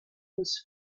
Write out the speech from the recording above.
was